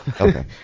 Okay